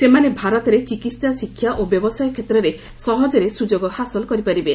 ସେମାନେ ଭାରତରେ ଚିକିତ୍ସା ଶିକ୍ଷା ଓ ବ୍ୟବସାୟ କ୍ଷେତ୍ରରେ ସହଜରେ ସୁଯୋଗ ହାସଲ କରିପାରିବେ